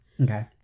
Okay